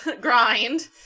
grind